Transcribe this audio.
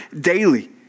daily